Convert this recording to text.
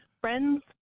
friends